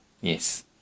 Yes